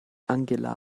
angela